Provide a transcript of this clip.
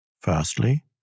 Firstly